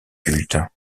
culte